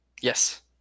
yes